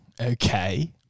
Okay